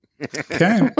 Okay